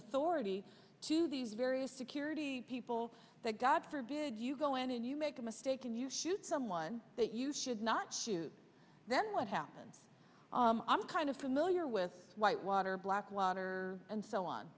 authority to these various security people that god forbid you go in and you make a mistake and you shoot someone that you should not shoot then what happens i'm kind of familiar with whitewater blackwater and so on